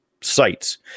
sites